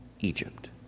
Egypt